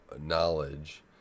knowledge